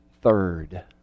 third